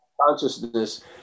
consciousness